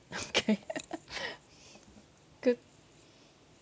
okay good